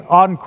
on